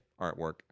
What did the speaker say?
artwork